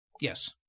Yes